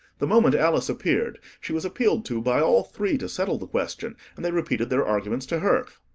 the moment alice appeared, she was appealed to by all three to settle the question, and they repeated their arguments to her,